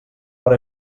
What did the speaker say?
però